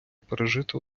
пережити